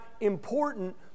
important